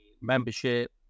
membership